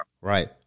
Right